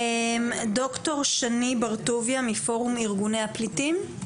דוקטור שני בר טוביה מפורום ארגוני הפליטים.